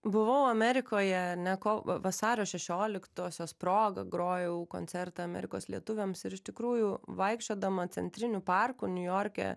buvau amerikoje ane ko vasario šešioliktosios proga grojau koncertą amerikos lietuviams ir iš tikrųjų vaikščiodama centriniu parku niujorke